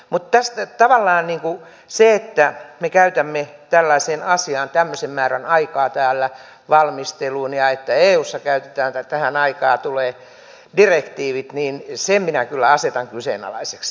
mutta tavallaan sen että me käytämme tällaisen asian valmisteluun tämmöisen määrän aikaa täällä ja että eussa käytetään tähän aikaa tulee direktiivit minä kyllä asetan kyseenalaiseksi